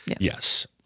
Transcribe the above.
Yes